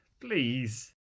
Please